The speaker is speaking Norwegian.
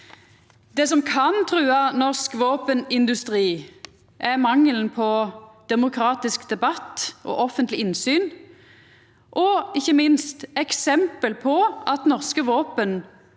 Det som kan trua norsk våpenindustri, er mangelen på demokratisk debatt og offentleg innsyn, og ikkje minst eksempel på at norske våpen